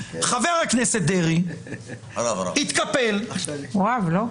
חבר הכנסת דרעי התקפל הוא רב, לא?